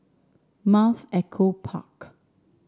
Mount Echo Park